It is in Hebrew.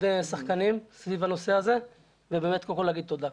שחקנים סביב הנושא הזה ואני רוצה להגיד תודה,